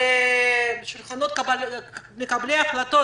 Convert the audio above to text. בשולחנות של מקבלי ההחלטות.